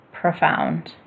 profound